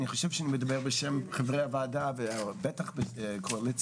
אני חושב שאני מדבר בשם חברי הוועדה ובטח הקואליציה,